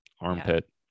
armpit